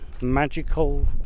magical